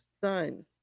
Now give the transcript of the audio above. son